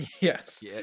Yes